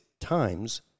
times